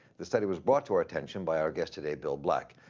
the study was brought to our attention by our guest today, bill black,